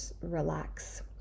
relax